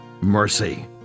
mercy